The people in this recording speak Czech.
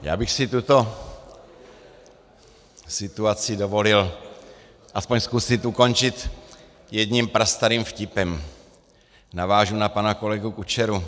Já bych si tuto situaci dovolil aspoň zkusit ukončit jedním prastarým vtipem navážu na pana kolegu Kučeru.